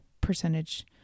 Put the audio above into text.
percentage